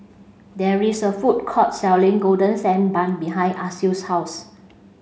there is a food court selling golden sand bun behind Alcide's house